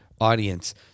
audience